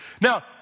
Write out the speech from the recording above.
Now